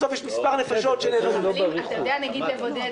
בסוף יש מספר נפשות --- אתה יודע לבודד